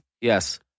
Yes